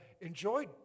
enjoyed